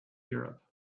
europe